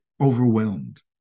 overwhelmed